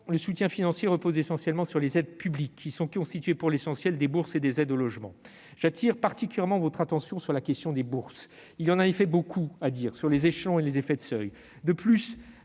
le soutien financier repose essentiellement sur les aides publiques, qui sont constituées pour l'essentiel des bourses et des aides au logement. J'appelle particulièrement votre attention sur la question des bourses. Il y a en effet beaucoup à dire sur les échelons et les effets de seuils. De plus,